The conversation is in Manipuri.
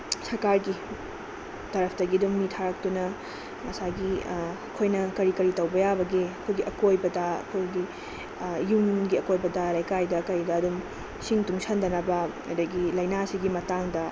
ꯁꯔꯀꯥꯔꯒꯤ ꯇꯔꯞꯇꯒꯤ ꯑꯗꯨꯝ ꯃꯤ ꯊꯥꯔꯛꯇꯨꯅ ꯉꯁꯥꯏꯒꯤ ꯑꯩꯈꯣꯏꯅ ꯀꯔꯤ ꯀꯔꯤ ꯇꯧꯕ ꯌꯥꯕꯒꯦ ꯑꯩꯈꯣꯏꯒꯤ ꯑꯀꯣꯏꯕꯗ ꯈꯨꯜꯒꯤ ꯌꯨꯝꯒꯤ ꯑꯀꯣꯏꯕꯗ ꯂꯩꯀꯥꯏꯗ ꯀꯩꯗ ꯑꯗꯨꯝ ꯏꯁꯤꯡ ꯇꯨꯡꯁꯤꯟꯗꯅꯕ ꯑꯗꯒꯤ ꯂꯥꯏꯅꯥꯁꯤꯒꯤ ꯃꯇꯥꯡꯗ